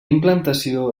implantació